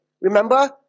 Remember